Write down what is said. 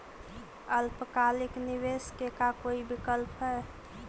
अल्पकालिक निवेश के का कोई विकल्प है?